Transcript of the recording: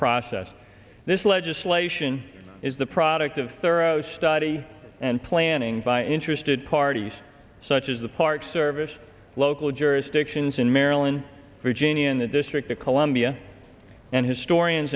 process this legislation is the product of thorough study and planning by interested parties such as the park service local jurisdictions in maryland virginia and the district of columbia and historians